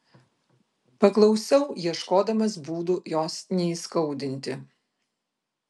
paklausiau ieškodamas būdų jos neįskaudinti